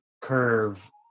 curve